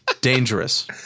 dangerous